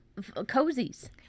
cozies